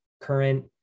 current